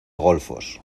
golfos